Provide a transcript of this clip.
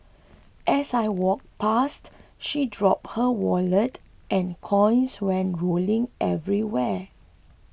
as I walked past she dropped her wallet and coins went rolling everywhere